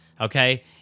Okay